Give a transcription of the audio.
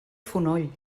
fonoll